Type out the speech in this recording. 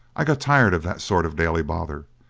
i got tired of that sort of daily bother,